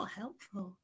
helpful